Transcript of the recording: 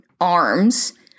arms